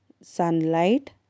sunlight